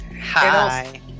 Hi